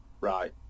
Right